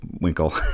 Winkle